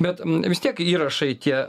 bet vis tiek įrašai tie